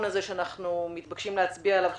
הזה שאנחנו מתבקשים להצביע עליו עכשיו.